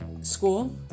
School